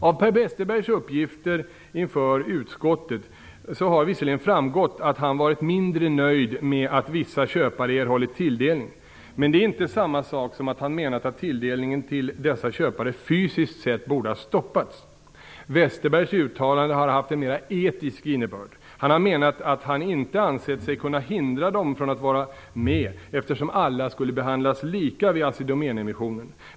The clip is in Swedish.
Av Per Westerbergs uppgifter inför utskottet har visserligen framgått att han varit mindre nöjd med att vissa köpare erhållit tilldelning. Men det är inte samma sak som att han menat att tilldelningen till dessa köpare fysiskt sett borde ha stoppats. Westerbergs uttalande har haft en mera etisk innebörd. Han har menat att han inte ansett sig kunna hindra dem från att vara med eftersom alla skulle behandlas lika vid Assi Domän-emissionen.